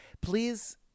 please